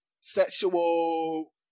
Sexual